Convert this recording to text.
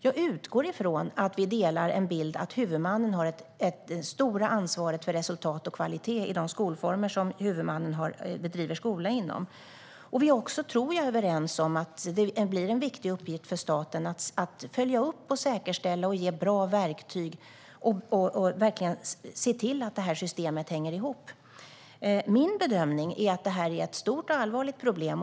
Jag utgår från att vi delar uppfattningen om bilden att huvudmannen har det stora ansvaret för resultat och kvalitet i de skolformer som huvudmannen bedriver skola inom. Jag tror också att vi är överens om att en viktig uppgift för staten blir att följa upp, säkerställa och ge bra verktyg för att få systemet att hänga ihop. Min bedömning är att frånvaron är ett stort och allvarligt problem.